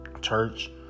Church